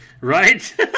Right